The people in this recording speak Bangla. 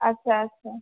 আচ্ছা আচ্ছা